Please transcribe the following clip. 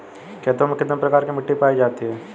खेतों में कितने प्रकार की मिटी पायी जाती हैं?